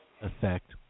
effect